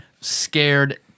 scared